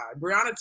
brianna